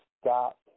stop